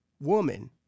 woman